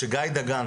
שגיא דגן,